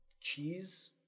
Cheese